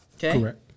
Correct